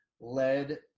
led